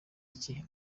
ibiki